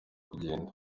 kugenda